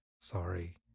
Sorry